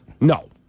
No